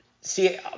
See